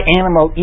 animal